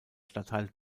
stadtteil